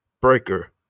Breaker